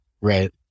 Right